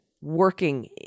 working